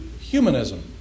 humanism